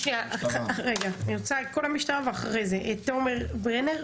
את תומר ברנר,